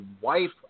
wife